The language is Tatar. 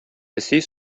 песи